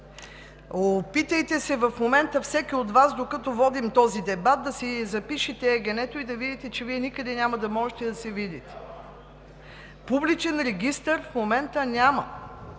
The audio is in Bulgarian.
Опитайте се в момента, всеки от Вас, докато водим този дебат, да си запишете ЕГН-то и да видите, че Вие никъде няма да можете да се видите. Публичен регистър в момента няма.